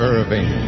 Irving